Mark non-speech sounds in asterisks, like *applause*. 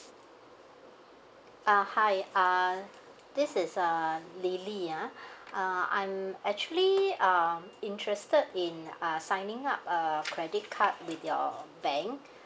ah hi uh this is uh lily ah *breath* uh I'm actually um interested in uh signing up uh credit card with your bank